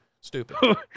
Stupid